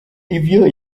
ivyo